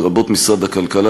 לרבות משרד הכלכלה,